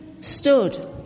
stood